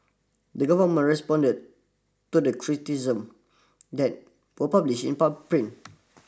the government responded to the criticisms that were published in pub print